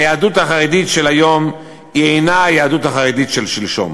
היהדות החרדית של היום אינה היהדות החרדית של שלשום.